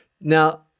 Now